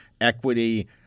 equity